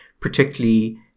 particularly